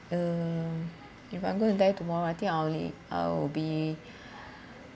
uh if I'm gonna die tomorrow I think I'll I'll be